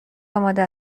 آماده